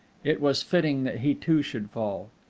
it was fitting that he too should fall.